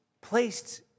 placed